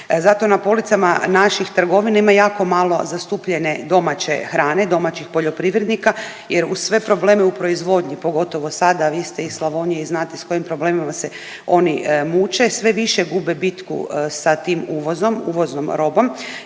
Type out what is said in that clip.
Zato na policama naših trgovina ima jako malo zastupljene domaće hrane, domaćih poljoprivrednika jer uz sve probleme u proizvodnji, pogotovo sada, a vi ste iz Slavonije i znate s kojima se problemima oni muče sve više gube bitku sa tim uvozom, uvoznom